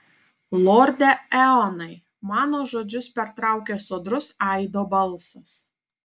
lorde eonai mano žodžius pertraukė sodrus aido balsas